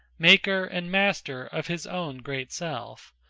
maker and master of his own great self,